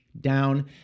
down